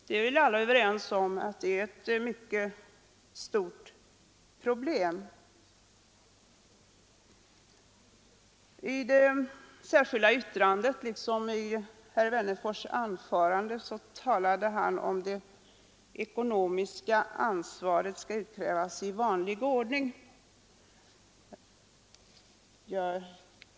Vi är väl alla överens om att det är ett mycket stort problem. I det särskilda yttrandet liksom i sitt anförande har herr Wennerfors sagt att det ekonomiska ansvaret skall utkrävas i vanlig ordning.